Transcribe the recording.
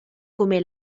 come